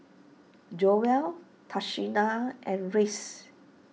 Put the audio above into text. Joell Tashina and Rhys